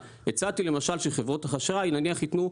הצעתי למשל שחברות האשראי נניח ייתנו,